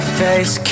face